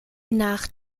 nach